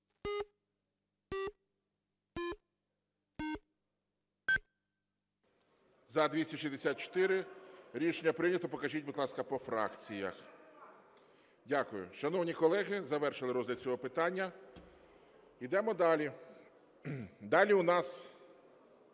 За-264 Рішення прийнято. Покажіть, будь ласка, по фракціях. Дякую. Шановні колеги, завершили розгляд цього питання. Ідемо далі. Далі у нас